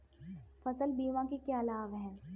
फसल बीमा के क्या लाभ हैं?